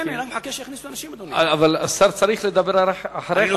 כי השר צריך לדבר אחריך.